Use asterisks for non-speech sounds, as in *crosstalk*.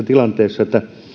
*unintelligible* tilanteessa että